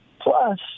plus